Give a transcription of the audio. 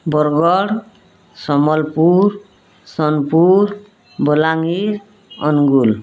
Bargarh Sambalpur Sonepur Balangir Angul